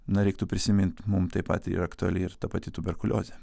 na reiktų prisimint mum taip pat yra aktuali ir ta pati tuberkuliozė